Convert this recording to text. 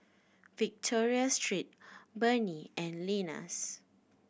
Victoria Secret Burnie and Lenas